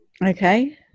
Okay